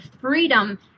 freedom